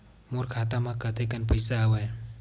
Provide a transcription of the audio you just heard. मोर खाता म कतेकन पईसा हवय?